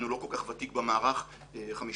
הוא לא כל כך ותיק במערך, הוא